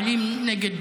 שפועלים נגד